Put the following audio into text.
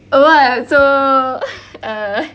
oh what ah so uh err